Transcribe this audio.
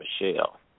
Michelle